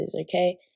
okay